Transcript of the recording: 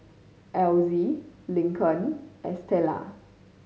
Elzy Lincoln Estela